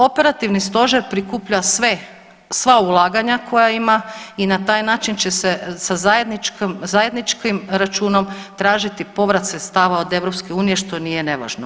Operativni stožer prikuplja sve, sva ulaganja koja ima i na taj način će se sa zajedničkim računom tražiti povrat sredstava od EU, što nije nevažno.